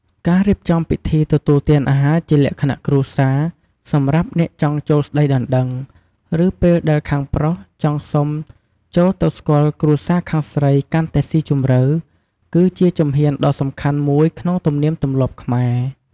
ការរៀបចំពិធីទទួលទានអាហារជាលក្ខណៈគ្រួសារ សម្រាប់អ្នកចង់ចូលស្ដីដណ្ដឹង ឬពេលដែលខាងប្រុសចង់សុំចូលទៅស្គាល់គ្រួសារខាងស្រីកាន់តែស៊ីជម្រៅ គឺជាជំហានដ៏សំខាន់មួយក្នុងទំនៀមទម្លាប់ខ្មែរ។